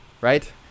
right